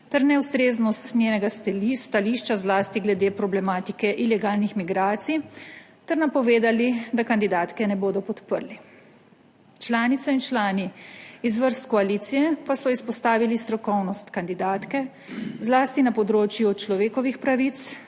ter neustreznost njenega stališča zlasti glede problematike ilegalnih migracij ter napovedali, da kandidatke ne bodo podprli. Članice in člani iz vrst koalicije pa so izpostavili strokovnost kandidatke, zlasti na področju človekovih pravic,